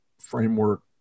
framework